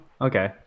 Okay